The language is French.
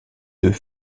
deux